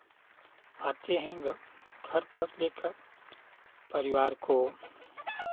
आते हैं घर पर लेकर परिवार को